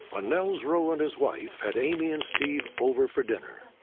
ah nels wroe and his wife had amy and steve over for dinner.